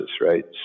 right